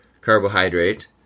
carbohydrate